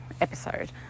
episode